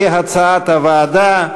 כהצעת הוועדה.